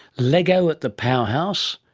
lego at the powerhouse,